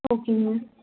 ஓகேங்க